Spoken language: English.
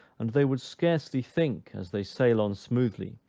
and they would scarcely think, as they sail on smoothly,